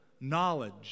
knowledge